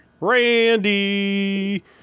Randy